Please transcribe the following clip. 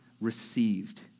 received